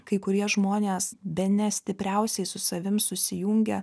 kai kurie žmonės bene stipriausiai su savim susijungia